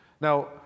Now